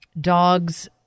dogs